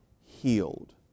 healed